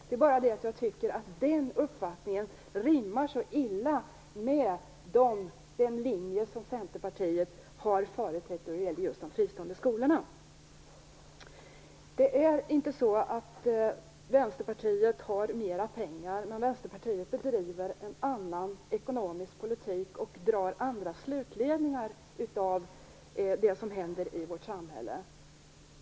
Men jag tycker att den uppfattningen rimmar så illa med den linje som Centerpartiet har företrätt när det gäller de fristående skolorna. Vänsterpartiet har inte mera pengar, men Vänsterpartiet bedriver en annan ekonomisk politisk och drar andra slutsatser av det som händer i vårt samhälle.